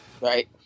Right